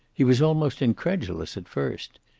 he was almost incredulous at first.